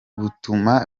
butuma